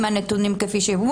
עם הנתונים כפי שיובאו,